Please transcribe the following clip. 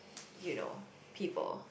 you know people